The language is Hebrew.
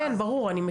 כן אני מכירה,